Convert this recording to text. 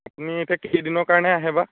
আপুনি এতিয়া কেইদিনৰ কাৰণে আহে বা